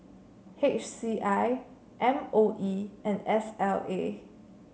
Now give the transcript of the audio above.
H C I M O E and S L A